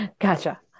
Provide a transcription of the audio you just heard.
gotcha